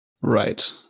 Right